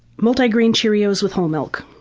multigrain cheerio's with whole milk.